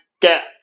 get